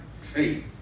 faith